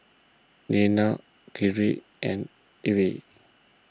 Deanna Kyree and Ivey